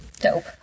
dope